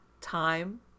time